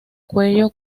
cuello